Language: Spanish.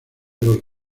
los